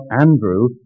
Andrew